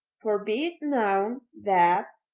for be it known, that,